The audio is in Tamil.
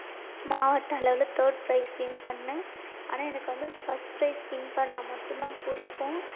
மாவட்ட அளவில் தேர்ட் ப்ரைஸ் வின் பண்ணேன் ஆனால் எனக்கு ஃபஸ்ட் ப்ரைஸ் வின் பண்ணால் மட்டுந்தான் பிடிக்கும்